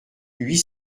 huit